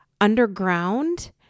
underground